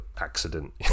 accident